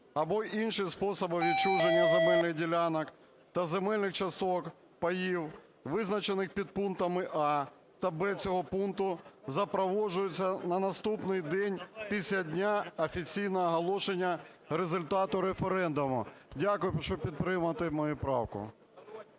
або інші способи відчуження земельних ділянок та земельних часток (паїв), визначених підпунктами "а" та "б" цього пункту, запроваджується на наступний день після дня офіційного оголошення результату референдуму". Дякую. Прошу підтримати мою правку.